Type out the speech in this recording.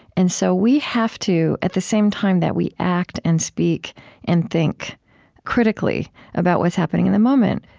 and so, we have to, at the same time that we act and speak and think critically about what's happening in the moment,